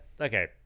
Okay